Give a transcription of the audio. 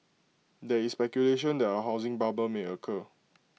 there is speculation that A housing bubble may occur